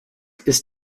ist